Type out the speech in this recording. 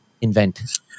invent